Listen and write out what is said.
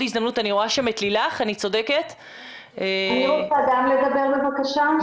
הזדמנות לדבר --- אני רוצה גם לדבר בבקשה.